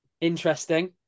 Interesting